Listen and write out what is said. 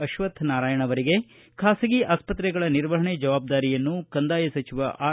ಅಶ್ವಕ್ವನಾರಾಯಣ ಖಾಸಗಿ ಆಸ್ಪತ್ರೆಗಳ ನಿರ್ವಹಣೆ ಜವಾಬ್ದಾರಿಯನ್ನು ಕಂದಾಯ ಸಚಿವ ಆರ್